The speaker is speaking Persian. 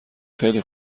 خیلی